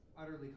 utterly